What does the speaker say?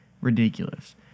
ridiculous